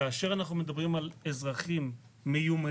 כאשר אנחנו מדברים על אזרחים מיומנים